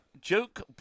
joke